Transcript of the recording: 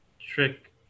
trick